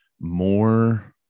more